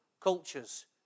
cultures